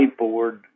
whiteboard